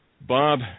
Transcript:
Bob